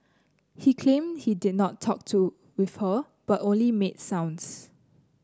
he claimed he did not talk to with her but only made sounds